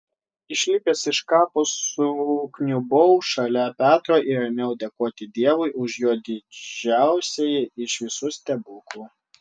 išlipęs iš kapo sukniubau šalia petro ir ėmiau dėkoti dievui už jo didžiausiąjį iš visų stebuklų